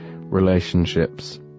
relationships